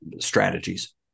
strategies